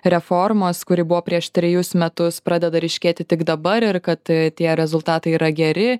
reformos kuri buvo prieš trejus metus pradeda ryškėti tik dabar ir kad tie rezultatai yra geri